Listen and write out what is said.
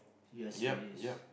you are serious